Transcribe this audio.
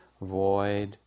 void